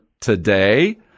today